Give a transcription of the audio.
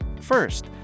First